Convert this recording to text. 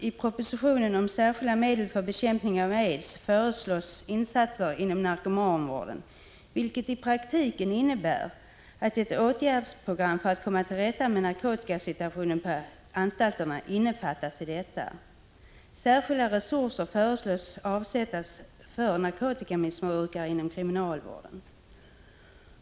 I propositionen om särskilda medel för bekämpningen av aids föreslås insatser inom narkomanvården, vilka i praktiken innefattar ett åtgärdsprogram för att man skall komma till rätta med narkotikasituationen på anstalterna. Särskilda resurser föreslås bli avsatta för narkotikamissbrukare inom kriminalvården.